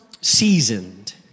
seasoned